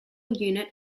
unit